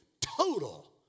total